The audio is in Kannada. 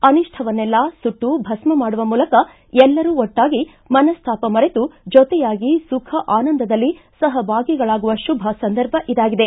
ಅನಿಷ್ಷವನ್ನೆಲ್ಲಾ ಸುಟ್ಟು ಭಸ್ತ ಮಾಡುವ ಮೂಲಕ ಎಲ್ಲರೂ ಒಟ್ನಾಗಿ ಮನಸ್ತಾಪ ಮರೆತು ಜೊತೆಯಾಗಿ ಸುಖ ಆನಂದದಲ್ಲಿ ಸಹಭಾಗಿಗಳಾಗುವ ಶುಭ ಸಂದರ್ಭ ಇದಾಗಿದೆ